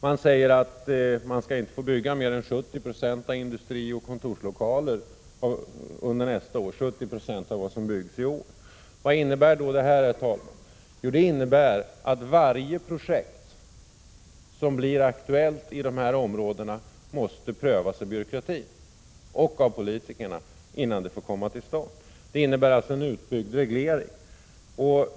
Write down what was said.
Man säger att industrioch kontorslokaler under nästa år inte får utgöra mer än 70 90 av det som byggsi år. Vad innebär då detta? Jo, det innebär att varje projekt som blir aktuellt i de här områdena måste prövas av byråkratin och av politikerna, innan det får förverkligas. Det innebär alltså en utbyggd reglering.